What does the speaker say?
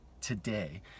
today